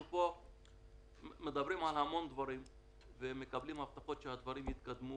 אנחנו מדברים על המון דברים ומקבלים הבטחות שהדברים יתקדמו